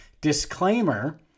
Disclaimer